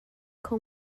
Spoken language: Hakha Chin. kho